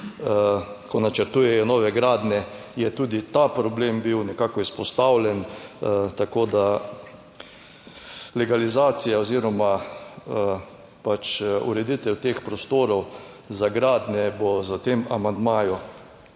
ko načrtujejo nove gradnje, je tudi ta problem bil nekako izpostavljen, tako da legalizacija oziroma pač ureditev teh prostorov za gradnje bo s tem amandmaju